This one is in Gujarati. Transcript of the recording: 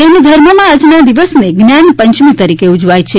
જૈન ધર્મમાં આજના દિવસને જ્ઞાનપંચમી તરીકે ઉજવાય છે